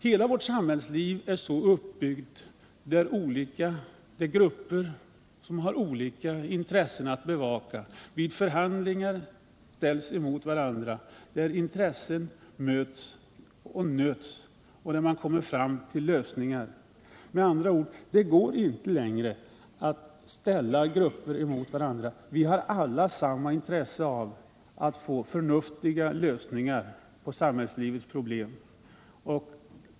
Hela vårt samhällsliv är uppbyggt av grupper som har olika intressen att bevaka och som ställs mot varandra i förhandlingar, där intressen möts och nöts och där man kommer fram till lösningar. Med andra ord: Det går inte längre att ställa grupper mot varandra. Vi har alla samma intresse av att få förnuftiga lösningar på samhällslivets problem.